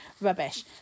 rubbish